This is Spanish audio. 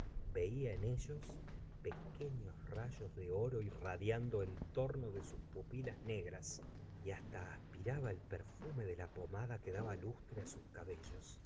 en ellos pequeños rayos de oro irradiando en torno de sus pupilas negras y hasta aspiraba el perfume de la pomada que daba lustre sus cabellos